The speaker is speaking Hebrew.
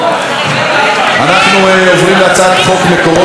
אנחנו עוברים להצעת חוק מקורות אנרגיה (תיקון מס' 2),